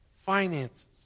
Finances